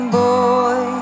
boy